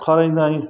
खाराईंदा आहियूं